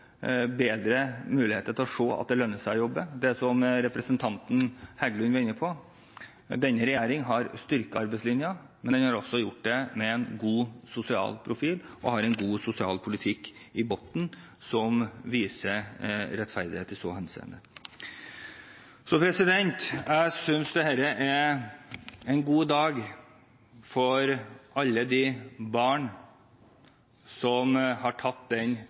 bedre muligheter til å se at det lønner seg å jobbe. Som representanten Heggelund var inne på, har denne regjeringen styrket arbeidslinjen, men den har også gjort det med en god sosial profil og med en god sosial politikk i bunnen som viser rettferdighet i så henseende. Jeg synes dette er en god dag for alle barn som har tatt